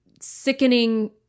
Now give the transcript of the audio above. sickening